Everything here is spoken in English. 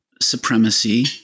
supremacy